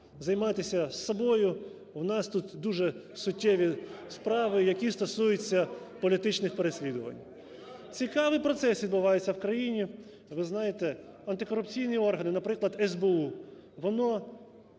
займайтеся собою, у нас тут дуже суттєві справи, які стосуються політичних переслідувань. (Шум у залі) Цікавий процес відбувається в країні. Ви знаєте, антикорупційні органи, наприклад, СБУ воно